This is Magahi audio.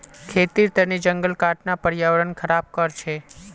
खेतीर तने जंगल काटना पर्यावरण ख़राब कर छे